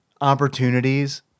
opportunities